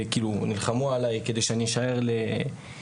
נלחמו עליי כדי שאני אשאר לטיפול.